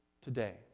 today